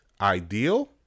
ideal